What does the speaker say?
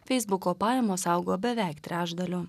feisbuko pajamos augo beveik trečdaliu